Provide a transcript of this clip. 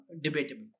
debatable